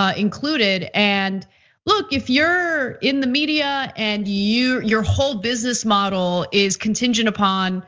ah included. and look, if you're in the media and your whole business model is contingent upon